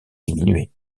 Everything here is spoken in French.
diminuée